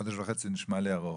חודש וחצי נשמע לי ארוך.